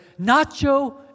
nacho